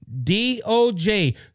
DOJ